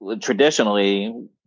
traditionally